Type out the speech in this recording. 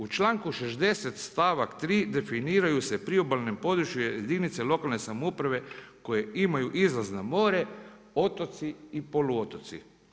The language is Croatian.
U članku 60. stavak 3. definiraju se priobalno područje, jedinice lokalne samouprave koje imaju izlaz na more, otoci i poluotoci.